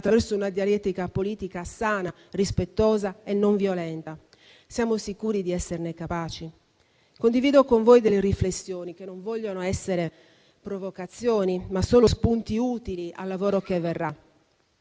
attraverso una dialettica politica sana, rispettosa e non violenta. Siamo sicuri di esserne capaci? Condivido con voi riflessioni che non vogliono essere provocazioni, ma solo spunti utili al lavoro che verrà: